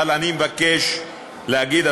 אבל אני מבקש להגיד,